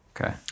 Okay